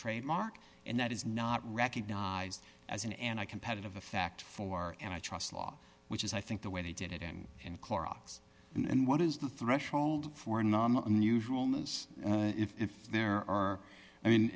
trademark and that is not recognized as an anti competitive effect for and i trust law which is i think the way they did it in clorox and what is the threshold for an unusual if there are i mean